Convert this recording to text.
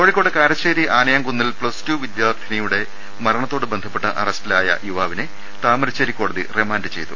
കോഴിക്കോട് കാരശ്ശേരി ആനയാംകുന്നിൽ പ്ലസ്ടു വിദ്യാർഥിനിയുടെ മരണത്തോട് ബന്ധപ്പെട്ട് അറസ്റ്റിലായ യുവാവിനെ താമരശ്ശേരി കോടതി റിമാൻഡ് ചെയ്തു